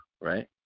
right